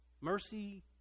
mercy